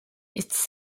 it’s